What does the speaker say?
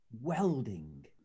welding